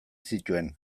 zituen